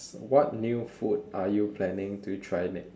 what new food are you planning to try next